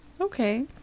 Okay